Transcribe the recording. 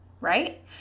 right